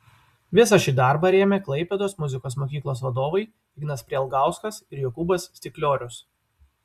visą šį darbą rėmė klaipėdos muzikos mokyklos vadovai ignas prielgauskas ir jokūbas stikliorius